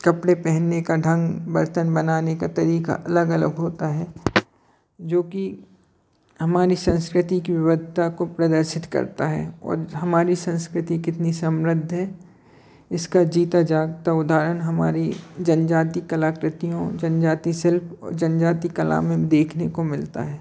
कपड़े पहनने का ढंग बर्तन बनाने का तरीक़ा अलग अलग होता है जोकि हमारी संस्कृति की विवधता को प्रदर्शित करता है और हमारी संस्कृति कितनी समृद्ध है इसका जीता जागता उधारण हमारी जनजाति कलाकृतियों जनजाति शिल्प और जनजाति कला में देखने को मिलता है